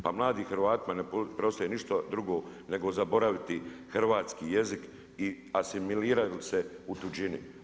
Pa mladim Hrvatima ne preostaje ništa drugo nego zaboraviti hrvatski jezik i asimilirajući će u tuđini.